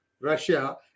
Russia